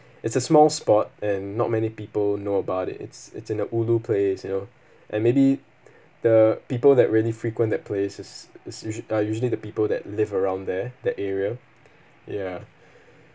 it's a small spot and not many people know about it it's it's in a ulu place you know and maybe the people that really frequent that place is is usual uh usually the people that live around there that area ya